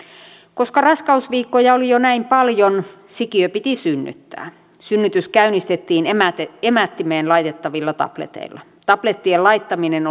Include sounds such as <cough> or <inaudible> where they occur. koska raskausviikkoja oli jo näin paljon sikiö piti synnyttää synnytys käynnistettiin emättimeen emättimeen laitettavilla tableteilla tablettien laittaminen <unintelligible>